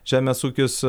žemės ūkis